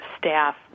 staff